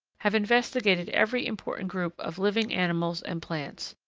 have investigated every important group of living animals and plants,